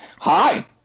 Hi